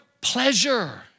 pleasure